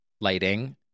lighting